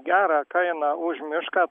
gerą kainą už mišką